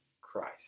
Christ